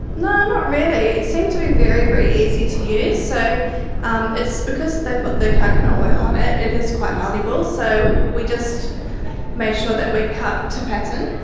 not not really. it seems to be very, very easy to use. so um it's because they put the coconut oil on it, it is quite malleable. so we just made that we cut to pattern.